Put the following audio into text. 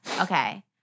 okay